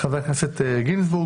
חברי הכנסת גינזבורג,